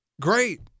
Great